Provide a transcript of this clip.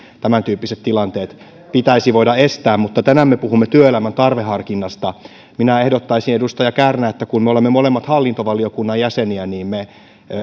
tämäntyyppiset tilanteet pitäisi voida estää mutta tänään me puhumme työelämän tarveharkinnasta minä ehdottaisin edustaja kärnä että kun me olemme molemmat hallintovaliokunnan jäseniä niin me